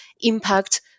impact